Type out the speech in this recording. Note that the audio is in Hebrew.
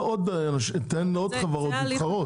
תן לעוד חברות מתחרות,